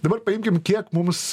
dabar paimkim kiek mums